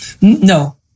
No